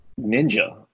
ninja